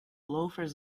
loafers